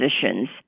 positions